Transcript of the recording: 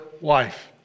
wife